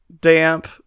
damp